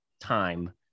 time